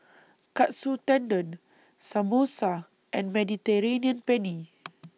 Katsu Tendon Samosa and Mediterranean Penne